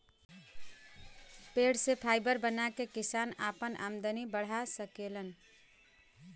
पेड़ से फाइबर बना के किसान आपन आमदनी बढ़ा सकेलन